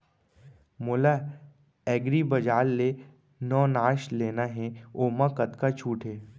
मोला एग्रीबजार ले नवनास लेना हे ओमा कतका छूट हे?